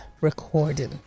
recording